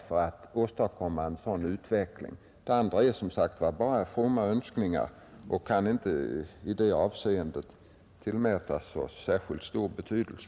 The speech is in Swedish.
Allt annat är, som sagt, bara fromma önskningar och kan inte tillmätas särskilt stor betydelse.